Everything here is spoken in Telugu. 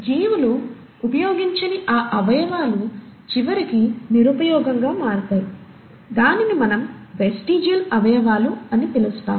జీవులు ఉపయోగించని ఆ అవయవాలు చివరికి నిరుపయోగంగా మారుతాయి దానిని మనం వెస్టిజియల్ అవయవాలు అని పిలుస్తాము